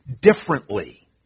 differently